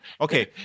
Okay